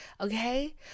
okay